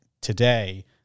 today